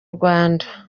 rwanda